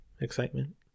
Excitement